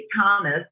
Thomas